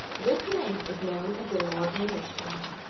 this mane is known as the lord mayor's chain.